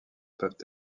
peuvent